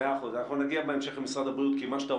אנחנו שומעים שהקריסה היא בבתי החולים שבפריפריה.